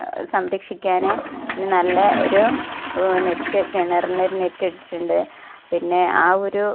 സംരക്ഷിക്കാൻ നല്ല ഒരു നെറ്റ് കിണറിന് ഒരു നെറ്റ് ഇട്ടിട്ടുണ്ട് പിന്നെ ആ ഒരു